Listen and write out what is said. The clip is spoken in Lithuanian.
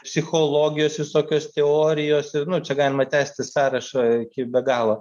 psichologijos visokios teorijos ir nu čia galima tęsti sąrašą kaip be galo